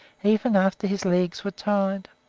even after his legs were tied.